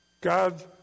God